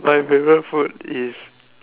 my favourite food is